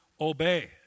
obey